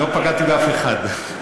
לא פגעתי באף אחד.